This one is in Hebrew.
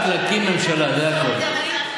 רק להקים ממשלה, זה הכול.